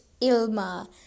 Ilma